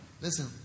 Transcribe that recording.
Listen